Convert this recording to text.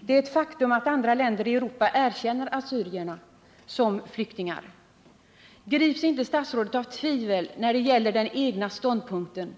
Det är ett faktum att andra länder i Europa erkänner assyrierna som flyktingar. Grips inte statsrådet av tvivel när det gäller den egna ståndpunkten?